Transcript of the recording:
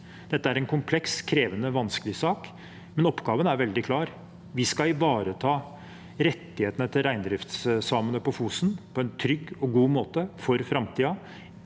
Dette er en kompleks, krevende og vanskelig sak, men oppgaven er veldig klar: Vi skal ivareta rettighetene til reindriftssamene på Fosen på en trygg og god måte for framtiden,